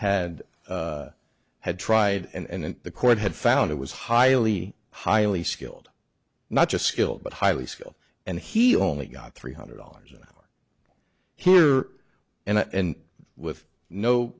had had tried and in the court had found it was highly highly skilled not just skilled but highly skilled and he only got three hundred dollars an hour here and with no